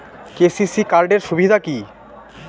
KCC card এর সুবিধা কি?